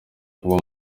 kuva